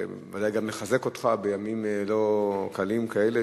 זה ודאי גם מחזק אותך בימים לא קלים כאלה,